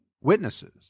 witnesses